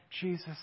Jesus